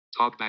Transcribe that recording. TalkBack